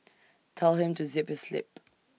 tell him to zip his lip